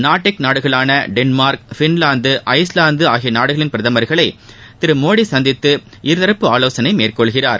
Nordic நாடுகளான Denmark Finland Iceland ஆகிய நாடுகளின் பிரதமா்களை திரு மோடி சந்தித்து இருதரப்பு ஆலோசனை மேற்கொள்கிறார்